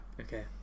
okay